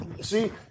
See